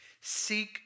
Seek